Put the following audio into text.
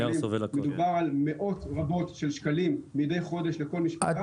מדובר על מאות רבות של שקלים מדי חודש לכל משפחה.